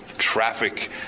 traffic